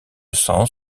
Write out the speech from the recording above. sens